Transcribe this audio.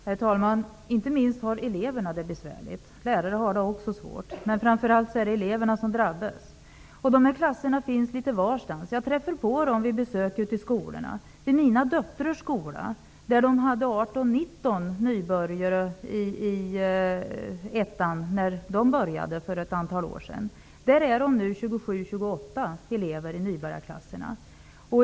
Herr talman! Inte minst har eleverna det besvärligt. Lärarna har det också svårt, men framför allt är det eleverna som drabbas. De här klasserna finns litet varstans. Jag träffar på dem vid besök i skolorna. I mina döttrars skola, där de var 18--19 nybörjare i ettan när min döttrar började för ett antal år sedan, är de nu 27--28 elever i nybörjarklasserna.